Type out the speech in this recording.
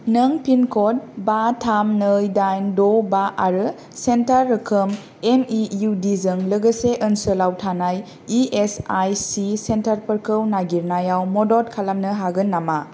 नों पिनक'ड बा थाम नै दाइन द' बा आरो सेन्टार रोखोम एम इ इउ दि जों लोगोसे ओनसोलाव थानाय इ एस आइ सि सेन्टारफोरखौ नागिरनायाव मदद खालामनो हागोन नामा